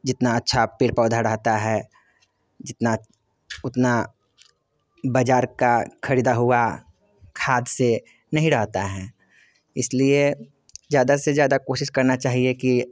जितने अच्छे पेड़ पौधे रहते हैं जितना उतना बाज़ार की ख़रीदी हुई खाद से नहीं रहते हैं इसलिए ज़्यादा से ज़्यादा कोशिश करना चाहिए कि